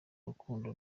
rukundo